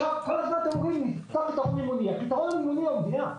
נשמעה הערה ממהנדסי הערים,